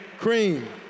Cream